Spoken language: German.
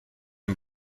und